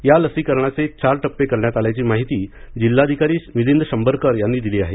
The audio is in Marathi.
या लसीकरणाचे चार चप्पे करण्यात आल्याची माहिती जिल्हाधिकारी मिलिंद शंभरकर यांनी दिली आहे